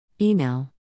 Email